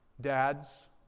Dads